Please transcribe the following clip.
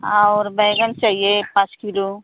और बैंगन चाहिए पाँच किलो